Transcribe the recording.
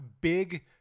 big